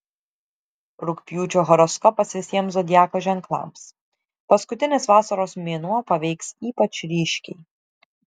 rugpjūčio horoskopas visiems zodiako ženklams paskutinis vasaros mėnuo paveiks ypač ryškiai